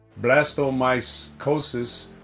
blastomycosis